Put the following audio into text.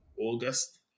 August